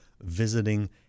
Visiting